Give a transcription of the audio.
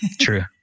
true